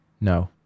no